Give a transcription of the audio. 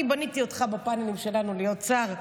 אני בניתי אותך בפאנלים שלנו להיות שר.